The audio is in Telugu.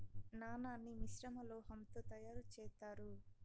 నాణాన్ని మిశ్రమ లోహం తో తయారు చేత్తారు